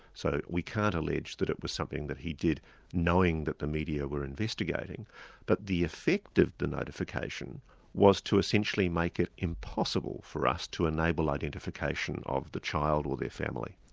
so we can't allege that it was something that he did knowing that the media were investigating but the effect of the notification was to essentially make it impossible for us to enable identification of the child or their family.